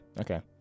Okay